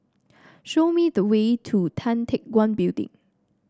show me the way to Tan Teck Guan Building